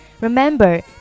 remember